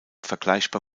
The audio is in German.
vergleichbar